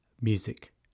music